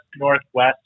northwest